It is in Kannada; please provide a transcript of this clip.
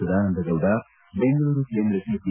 ಸದಾನಂದ ಗೌಡ ಬೆಂಗಳೂರು ಕೇಂದ್ರಕ್ಕೆ ಪಿ